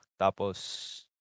Tapos